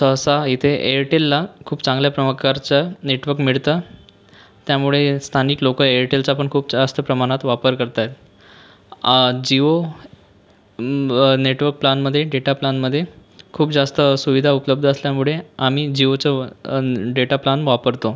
सहसा इथे एअरटेलला खूप चांगल्या प्रकारचं नेटवर्क मिळतं त्यामुळे स्थानिक लोक एअरटेलचा पण खूप जास्त प्रमाणात वापर करत आहेत जिओ नेटवर्क प्लानमधे डेटा प्लानमधे खूप जास्त सुविधा उपलब्ध असल्यामुळे आम्ही जिओचं डेटा प्लान वापरतो